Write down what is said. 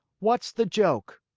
what's the joke?